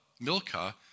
Milcah